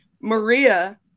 Maria